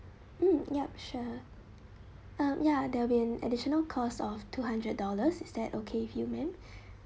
mm yup sure um ya there will be an additional cost of two hundred dollars is that okay with you ma'am